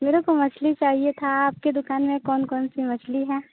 मेरे को मछली चाहिए था आपकी दुकान में कौन कौन सी मछली हैं